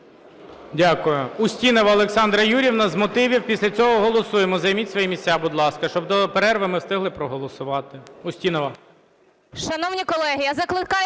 Дякую. Устінова Олександра Юріївна з мотивів, після цього голосуємо. Займіть свої місця, будь ласка, щоб до перерви ми встигли проголосувати. Устінова.